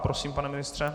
Prosím, pane ministře?